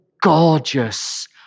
gorgeous